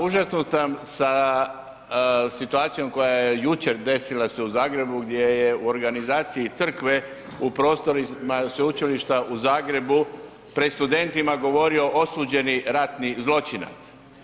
Užasnut sam sa situacijom koja je jučer desila se u Zagrebu gdje je u organizaciji crkve u prostorima Sveučilišta u Zagrebu pred studentima govorio osuđeni ratni zločinac.